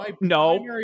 no